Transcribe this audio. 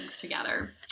together